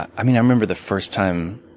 i remember the first time,